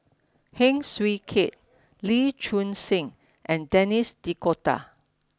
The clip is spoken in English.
Heng Swee Keat Lee Choon Seng and Denis D'Cotta